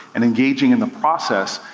and engaging in the process,